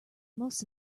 most